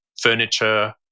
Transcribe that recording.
furniture